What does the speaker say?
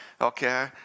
okay